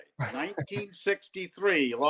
1963